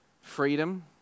freedom